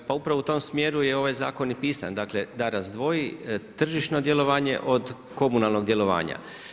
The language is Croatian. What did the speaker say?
Pa upravo u tom smjeru je ovaj zakon i pisan, dakle da razdvoji tržišno djelovanje od komunalnog djelovanja.